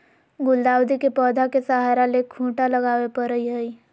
गुलदाऊदी के पौधा के सहारा ले खूंटा लगावे परई हई